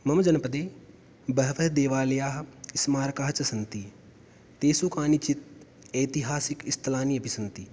मम जनपदे बहवः देवालयाः स्मारकाः च सन्ति तेषु कानिचित् ऐतिहासिकस्थलानि अपि सन्ति